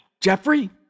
Jeffrey